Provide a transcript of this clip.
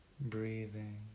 breathing